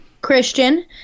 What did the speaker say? Christian